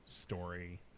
story